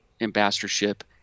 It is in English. ambassadorship